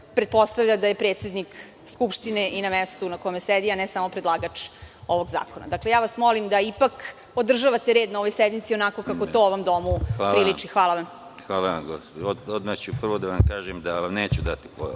da je predsednik Skupštine i na mestu na kome sedi, a ne samo predlagač ovog zakona. Dakle, ja vas molim da ipak održavate red na ovoj sednici onako kako to ovom domu priliči. **Konstantin Arsenović** Odmah ću prvo da vam kažem da vam neću dati